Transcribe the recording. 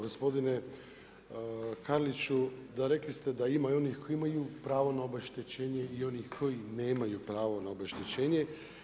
Gospodine Karliću, da rekli ste da ima i onih koji imaju pravo na obeštećenje i onih koji nemaju pravo na obeštećenje.